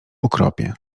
ukropie